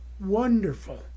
wonderful